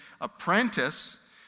Apprentice